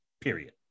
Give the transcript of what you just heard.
period